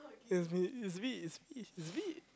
it's me it's me it's it it's me